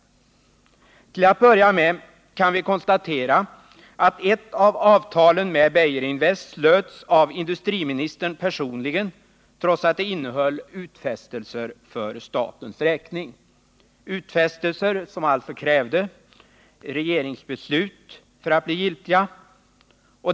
Till att börja med kan vi konstatera att ett av avtalen med Beijerinvest slöts av industriministern personligen, trots att det innehöll utfästelser för statens räkning — utfästelser som alltså krävde regeringsbeslut för att bli giltiga.